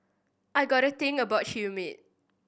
I got a thing about humid